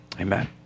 Amen